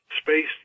space